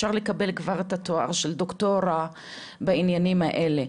אפשר לקבל כבר את התואר של דוקטור בעניינים האלה.